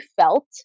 felt